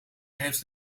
heeft